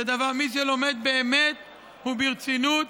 מי שלומד באמת וברצינות,